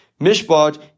mishpat